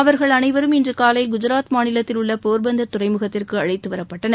அவர்கள் அனைவரும் இன்று காலை குஜராத் மாநிலத்தில் உள்ள போர்பந்தர் துறைமுகத்திற்கு அழழத்து வரப்பட்டனர்